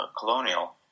colonial